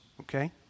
okay